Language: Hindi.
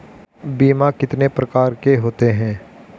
बीमा कितने प्रकार के होते हैं?